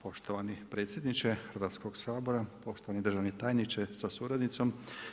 Poštovani predsjedniče Hrvatskog sabora, poštovani državni tajniče sa suradnicom.